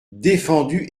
défendu